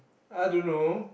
I don't know